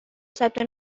ثبت